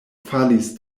falis